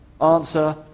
Answer